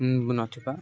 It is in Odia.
ନଥିବା